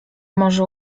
może